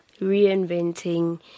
Reinventing